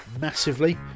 massively